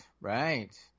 right